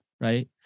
Right